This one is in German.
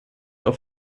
auf